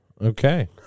Okay